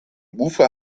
ufer